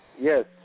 Yes